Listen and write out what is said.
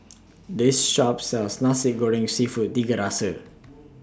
This Shop sells Nasi Goreng Seafood Tiga Rasa